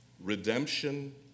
Redemption